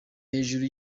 hejuru